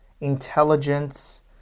intelligence